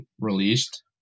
released